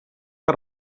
que